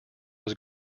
was